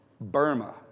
Burma